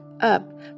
Up